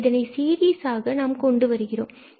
பின்பு இதனை சீரிஸாக கொண்டுவருகிறோம்